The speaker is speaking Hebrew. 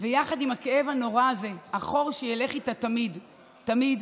יחד עם הכאב הנורא הזה, החור שילך איתה תמיד תמיד,